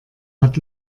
hat